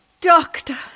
Doctor